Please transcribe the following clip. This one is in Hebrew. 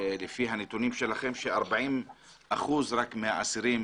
לפי הנתונים שלכם, רק 40% מהאסירים